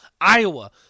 Iowa